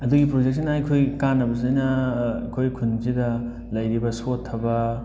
ꯑꯗꯨꯒꯤ ꯄ꯭ꯔꯣꯖꯦꯛꯁꯤꯅ ꯑꯩꯈꯣꯏꯒꯤ ꯀꯥꯟꯅꯕꯁꯤꯅ ꯑꯩꯈꯣꯏ ꯈꯨꯟꯁꯤꯗ ꯂꯩꯔꯤꯕ ꯁꯣꯠꯊꯕ